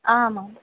ma'am